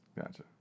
Gotcha